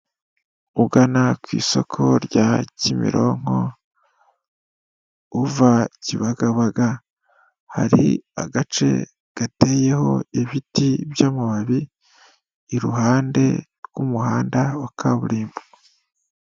Ugana ku isoko rya Kimironko uva Kibagabaga, hari agace gateyeho ibiti by'amababi iruhande rw'umuhanda wa kaburimbo.